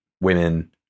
women